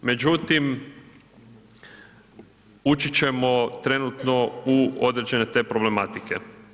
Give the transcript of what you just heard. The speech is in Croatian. Međutim, uči ćemo trenutno u određene te problematike.